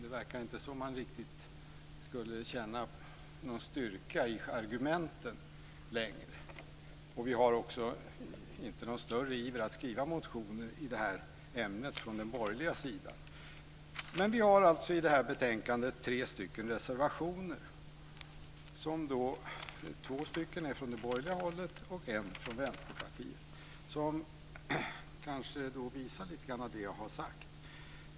Man verkar inte längre riktigt känna någon styrka i argumenten, och vi ser inte någon större iver från den borgerliga sidan att skriva motioner i ämnet. I betänkandet finns det alltså tre reservationer, två från det borgerliga hållet och en från Vänsterpartiet, som kanske lite grann visar det jag har sagt.